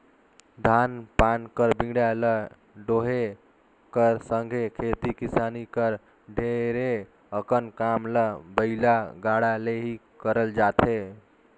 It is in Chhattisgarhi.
धान पान कर बीड़ा ल डोहे कर संघे खेती किसानी कर ढेरे अकन काम ल बइला गाड़ा ले ही करल जाथे